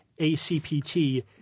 ACPT